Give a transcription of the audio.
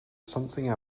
something